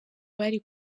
bari